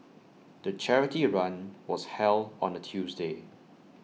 the charity run was held on A Tuesday